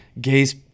gays